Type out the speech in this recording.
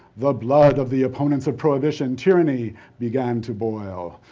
the blood of the opponents of prohibition tyranny began to boil.